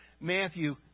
Matthew